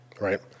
right